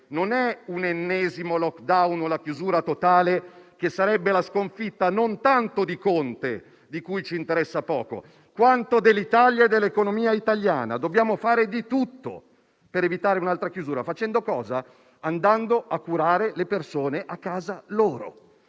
non è un ennesimo *lockdown*, la chiusura totale, che sarebbe la sconfitta non tanto di Conte, di cui ci interessa poco, quanto dell'Italia e dell'economia italiana. Dobbiamo fare di tutto per evitare un'altra chiusura, e facendo cosa? Andando a curare le persone a casa loro